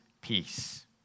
peace